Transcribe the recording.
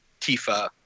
Tifa